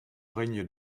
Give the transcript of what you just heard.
règne